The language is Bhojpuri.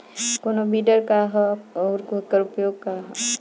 कोनो विडर का ह अउर एकर उपयोग का ह?